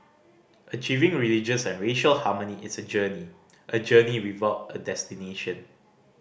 achieving religious and racial harmony is a journey a journey without a destination